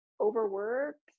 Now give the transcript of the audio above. overworked